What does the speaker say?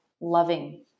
loving